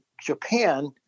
Japan